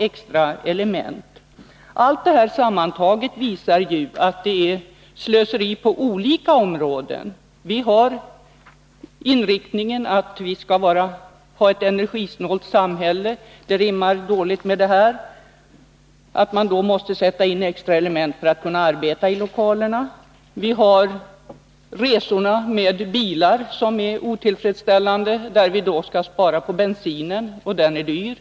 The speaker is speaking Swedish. för uppförande Allt detta sammantaget visar att det är slöseri på olika områden. Vi har av ett nytt polishus inriktningen att vi skall ha ett enerigsnålt samhälle. Det rimmar dåligt med ; Handen att man måste sätta in extra element för att kunna arbeta i lokalerna. Resorna med bilar är också otillfredsställande, eftersom bensin är dyr och eftersom vi vill spara på bensin.